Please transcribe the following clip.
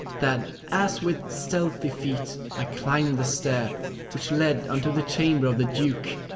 that as with stealthy feet i climbed the stair which led unto the chamber of the duke,